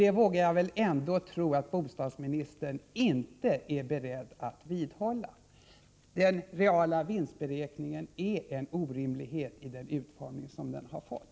Jag vågar väl ändå tro att bostadsministern inte är beredd att vidhålla sitt yttrande på den här punkten. Den reala vinstberäkningen är en orimlighet med den utformning som den har fått.